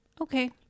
Okay